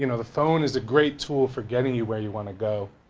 you know the phone is a great tool for getting you where you wanna go.